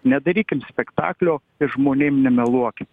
nedarykim spektaklio ir žmonėm nemeluokit